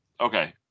okay